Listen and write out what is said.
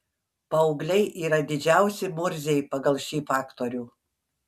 paaugliai yra didžiausi murziai pagal šį faktorių